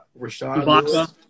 Rashad